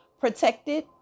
protected